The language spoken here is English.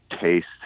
taste